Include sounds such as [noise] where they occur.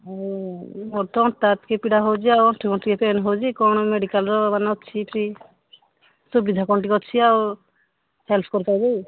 ଆଉ ମୋର ତ ଅଣ୍ଟା ଟିକେ ପୀଡ଼ା ହଉଛି ଆଉ ଆଣ୍ଠୁଗଣ୍ଠି ଟିକେ ପେନ୍ ହଉଛି କ'ଣ ମେଡ଼ିକାଲ୍ର ମାନ ଅଛି ଫ୍ରି ସୁବିଧା କ'ଣ ଟିକେ ଅଛି ଆଉ ହେଲ୍ପ କରି [unintelligible]